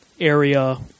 Area